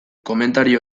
komentario